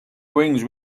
wings